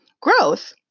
Growth